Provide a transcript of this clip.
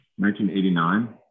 1989